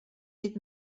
with